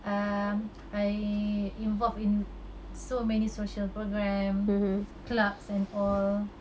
um I involved in so many social program clubs and all